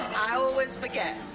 i always forget.